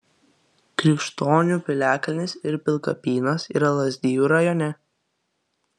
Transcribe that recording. krikštonių piliakalnis ir pilkapynas yra lazdijų rajone